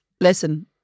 Listen